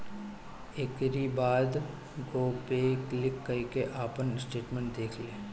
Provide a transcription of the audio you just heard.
एकरी बाद गो पे क्लिक करके आपन स्टेटमेंट देख लें